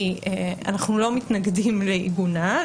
אנחנו לא מתנגדים לעיגונה,